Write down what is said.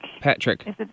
Patrick